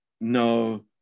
no